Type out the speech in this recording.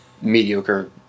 mediocre